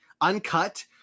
uncut